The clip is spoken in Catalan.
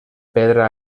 pedra